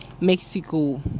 Mexico